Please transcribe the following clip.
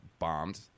Bombed